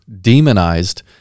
demonized